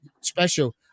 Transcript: special